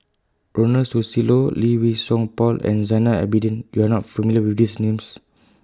Ronald Susilo Lee Wei Song Paul and Zainal Abidin YOU Are not familiar with These Names